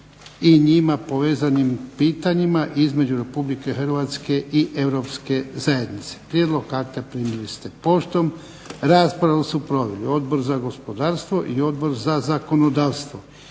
i njima povezanim pitanjima između Republike Hrvatske i Europske zajednice. Prijedlog akta primili ste poštom. Raspravu su proveli Odbor za gospodarstvo i Odbor za zakonodavstvo.